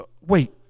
Wait